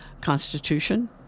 constitution